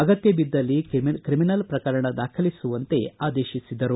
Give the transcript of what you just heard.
ಅಗತ್ತಬಿದ್ದಲ್ಲಿ criminal ಪ್ರಕರಣ ದಾಖಲಿಸುವಂತೆ ಆದೇಶಿಸಿದರು